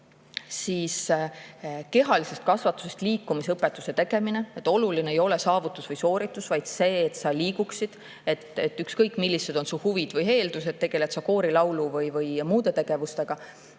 siis kehalisest kasvatusest me teeme liikumisõpetuse, et oluline ei oleks saavutus või sooritus, vaid see, et sa liiguksid, ükskõik, millised on siis su huvid või eeldused, tegeled sa koorilaulu või muude tegevustega.